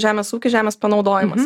žemės ūkis žemės panaudojimas